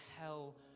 hell